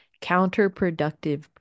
counterproductive